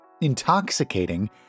intoxicating